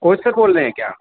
coach سے کھول رہے ہیں کیا